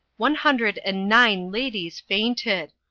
one hundred and nine ladies fainted!